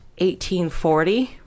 1840